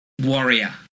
warrior